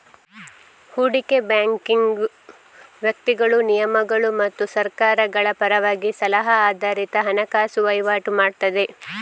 ಹೂಡಿಕೆ ಬ್ಯಾಂಕಿಂಗು ವ್ಯಕ್ತಿಗಳು, ನಿಗಮಗಳು ಮತ್ತು ಸರ್ಕಾರಗಳ ಪರವಾಗಿ ಸಲಹಾ ಆಧಾರಿತ ಹಣಕಾಸು ವೈವಾಟು ಮಾಡ್ತದೆ